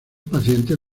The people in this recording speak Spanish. pacientes